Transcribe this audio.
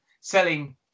selling